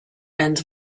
end